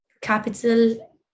capital